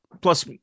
plus